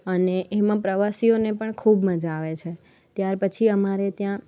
અને એમાં પ્રવાસીઓને પણ ખૂબ મજા આવે છે ત્યાર પછી અમારે ત્યાં